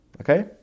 Okay